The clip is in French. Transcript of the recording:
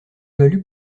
value